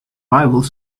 bible